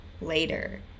later